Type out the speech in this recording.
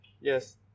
Yes